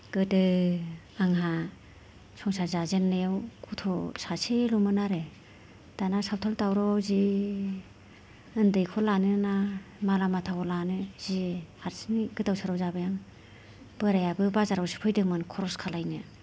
गोदो आंहा संसार जाजेननायाव गथ' सासेल'मोन आरो दाना सावथाल दावरावआव जि उन्दैखौ लानो ना माला माथाखौ लानो जि हारसिंयै गोदान सोराव जाबाय आं बोरायाबो बाजारावसो फैदोंमोन खरस खालायनो